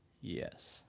Yes